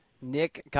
Nick